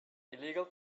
illegal